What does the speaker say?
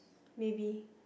maybe